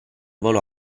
volò